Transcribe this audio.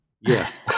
Yes